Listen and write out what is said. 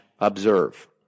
observe